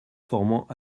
formant